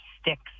sticks